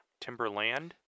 Timberland